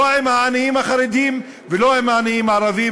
לא עם העניים החרדים ולא עם העניים הערבים.